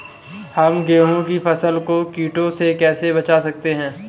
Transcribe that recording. हम गेहूँ की फसल को कीड़ों से कैसे बचा सकते हैं?